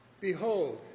behold